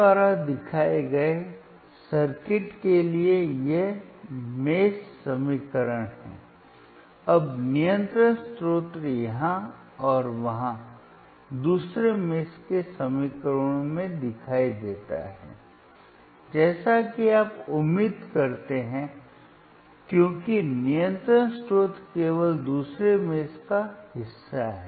मेरे द्वारा दिखाए गए सर्किट के लिए ये मेष समीकरण हैं अब नियंत्रण स्रोत यहां और वहां दूसरे मेष के समीकरणों में दिखाई देता है जैसा कि आप उम्मीद करते हैं क्योंकि नियंत्रण स्रोत केवल दूसरे मेष का हिस्सा है